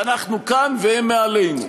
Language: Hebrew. שאנחנו כאן והם מעלינו.